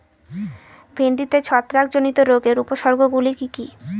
ভিন্ডিতে ছত্রাক জনিত রোগের উপসর্গ গুলি কি কী?